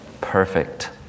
perfect